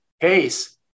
case